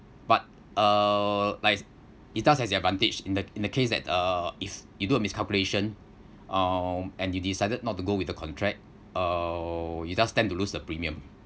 but uh like it does has their advantage in the in the case that uh if you do a miscalculation um and you decided not to go with the contract uh you just stand to lose the premium